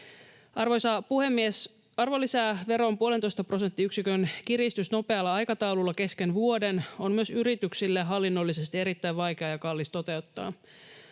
Arvoisa puhemies! Arvonlisäveron 1,5 prosenttiyksikön kiristys nopealla aikataululla kesken vuoden on yrityksille myös hallinnollisesti erittäin vaikea ja kallis toteuttaa.